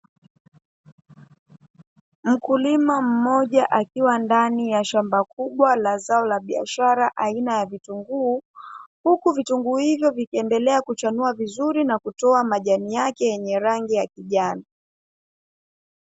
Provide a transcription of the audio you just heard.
Mkulima mmoja akiwa ndani ya shamba kubwa la zao la biashara aina ya vitunguu, huku vitunguu hivyo vikiendelea kuchanua na kutoa majani yake yenye rangi ya kijani.